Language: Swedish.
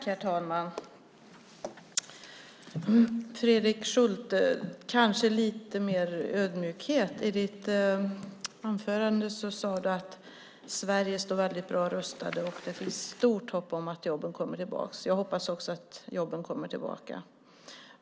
Herr talman! Jag skulle kanske vilja se lite mer ödmjukhet från Fredrik Schulte. I sitt anförande sade han att Sverige står väldigt bra rustat och att det finns stort hopp om att jobben kommer tillbaka. Jag hoppas också att jobben kommer tillbaka.